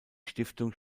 stiftung